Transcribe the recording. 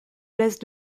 places